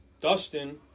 Dustin